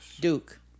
Duke